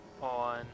on